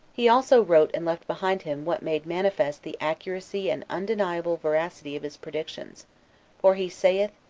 he also wrote and left behind him what made manifest the accuracy and undeniable veracity of his predictions for he saith,